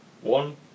one